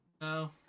No